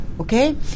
Okay